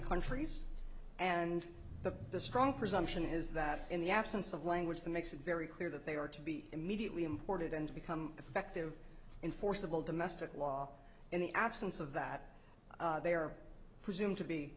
countries and the the strong presumption is that in the absence of language that makes it very clear that they are to be immediately imported and become effective in forcible domestic law in the absence of that they are presume